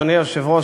אדוני היושב-ראש,